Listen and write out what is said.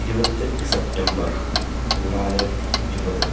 ഇരുപത്തിയെട്ട് സെപ്റ്റംബർ രണ്ടായിരത്തി ഇരുപത്